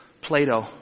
Plato